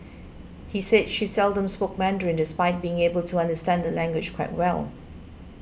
he said she seldom spoke Mandarin despite being able to understand the language quite well